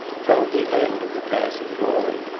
found the end of the path of glory.